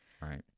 Right